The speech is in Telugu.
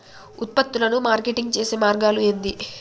ఉత్పత్తులను మార్కెటింగ్ చేసే మార్గాలు ఏంది?